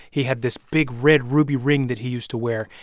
he had this big, red ruby ring that he used to wear.